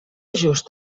just